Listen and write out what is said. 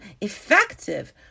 effective